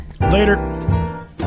Later